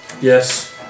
Yes